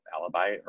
alibi